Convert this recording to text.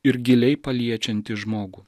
ir giliai paliečianti žmogų